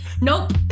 Nope